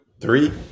three